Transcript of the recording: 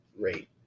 rate